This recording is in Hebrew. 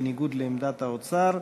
בניגוד לעמדת האוצר,